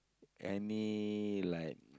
any like